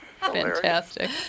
fantastic